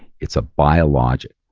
it's a biologic.